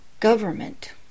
government